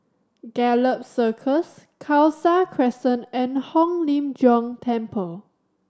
Gallop Circus Khalsa Crescent and Hong Lim Jiong Temple